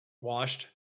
washed